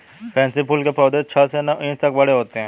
pansy फूल के पौधे छह से नौ इंच तक बड़े होते हैं